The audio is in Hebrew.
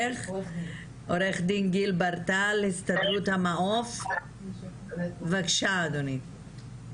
לעו"ד גיל בר טל הסתדרות המעו"ף, בבקשה אדוני.